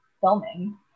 filming